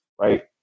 right